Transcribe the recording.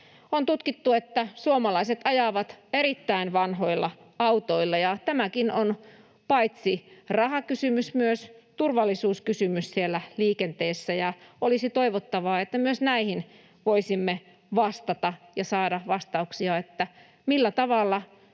On tutkittu, että suomalaiset ajavat erittäin vanhoilla autoilla, ja tämäkin on paitsi rahakysymys myös turvallisuuskysymys siellä liikenteessä, ja olisi toivottavaa, että myös näihin voisimme vastata ja saada vastauksia, millä tavalla